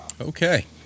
Okay